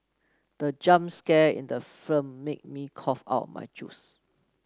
the jump scare in the film made me cough out my juice